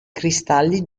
cristalli